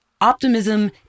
Optimism